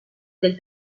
del